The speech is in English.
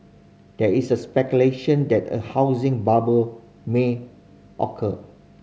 there is speculation that a housing bubble may occur